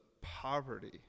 poverty